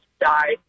died